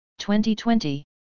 2020